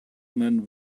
man